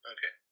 Okay